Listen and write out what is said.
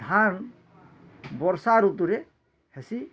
ଧାନ୍ ବର୍ଷା ଋତୁରେ ହେସିଁ